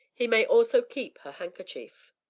he may also keep her handkerchief.